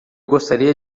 gostaria